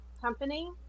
company